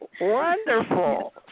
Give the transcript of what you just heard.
Wonderful